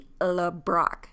LeBrock